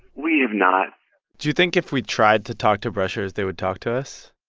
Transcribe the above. we have not do you think if we tried to talk to brushers, they would talk to us?